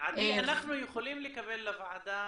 עדי, אנחנו יכולים לקבל לוועדה